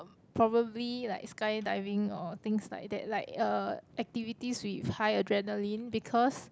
probably like skydiving or things like that like uh activities with high adrenaline because